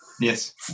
Yes